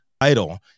title